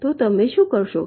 તો તમે શું કરો છો